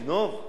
הוא יגנוב?